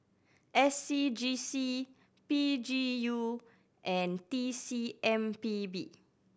S C G C P G U and T C M P B